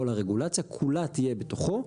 כל הרגולציה כולה תהיה בתוכו.